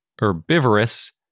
herbivorous